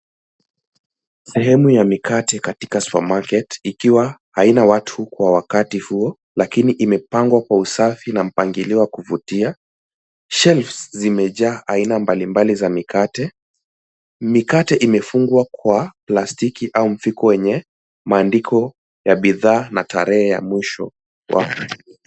Sehemu ya mikate katika supermarket ikiwa haina watu kwa wakati huu lakini imepangwa kwa usafi na mpangilio wa kuvutia. Shelves zimejaa aina mbalimbali za mikate. Mikate imefungwa kwa plastiki au mfuko wenye maandiko ya bidhaa na tarehe ya mwisho.